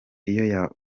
iyo